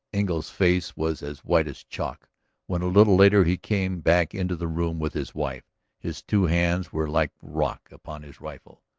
engle's face was as white as chalk when a little later he came back into the room with his wife his two hands were like rock upon his rifle.